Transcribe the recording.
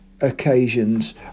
occasions